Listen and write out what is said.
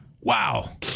Wow